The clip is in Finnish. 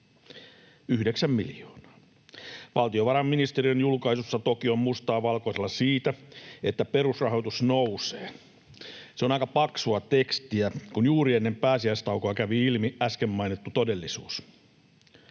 miljoonaa. Valtiovarainministeriön julkaisussa toki on mustaa valkoisella siitä, että perusrahoitus nousee. Se on aika paksua tekstiä, kun juuri ennen pääsiäistaukoa kävi ilmi äsken mainittu todellisuus.